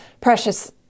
precious